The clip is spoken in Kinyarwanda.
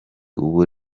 ubu